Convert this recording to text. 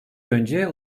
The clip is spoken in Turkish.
önce